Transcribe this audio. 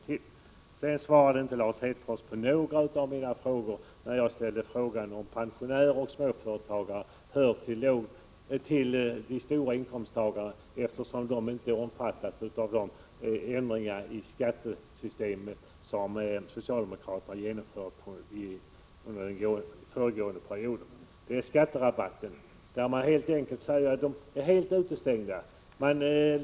Lars Hedfors svarade inte på några av mina frågor, t.ex. frågan om pensionärer och småföretagare hör till höginkomsttagarna, eftersom de inte omfattas av de ändringar i skattesystemet som socialdemokraterna genomfört under den föregående perioden. Många utestängdes helt från skatterabatten.